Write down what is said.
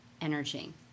energy